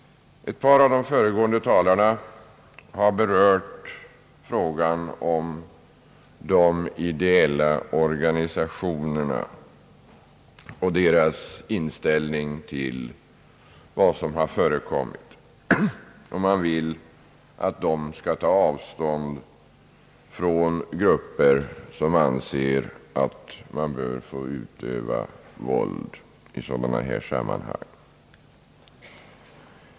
Ett par av de föregående talarna har berört frågan om de ideella organisationernas inställning till vad som har förekommit, och man vill att de skall ta avstånd från grupper som anser att man bör få utöva våld i sådana här sammanhang.